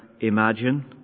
imagine